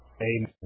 amen